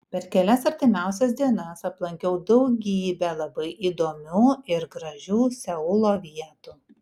per kelias artimiausias dienas aplankiau daugybę labai įdomių ir gražių seulo vietų